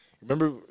Remember